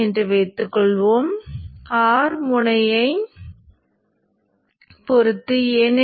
சுவிட்ச் Iq மூலம் மின்னோட்டம் என்ன